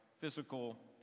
physical